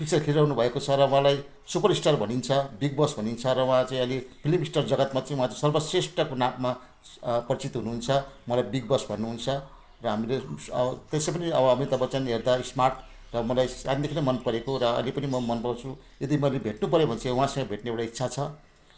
picture खेलिरहनुभएको छ र उहाँलाई सुपरस्टार भनिन्छ र बिग बस भनिन्छ र उहाँ चाहिँ अलि फिल्मस्टार जगत्मा चाहिँ उहाँ चाहिँ सर्वश्रेष्ठको नाममा परिचित हुनुहुन्छ उहाँलाई बिग बस भन्नुहुन्छ र हामीले त्यसै पनि अब अमिताभ बच्चन हेर्दा स्मार्ट र मलाई सानैदेखि नै मनपरेको र अहिले पनि म मनपराउँछु यदि मैले भेट्नुपर्यो भने चाहिँ उहाँसँग भेट्ने एउटा इच्छा छ